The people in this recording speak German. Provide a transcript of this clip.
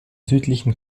südlichen